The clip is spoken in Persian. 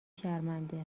شرمنده